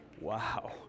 Wow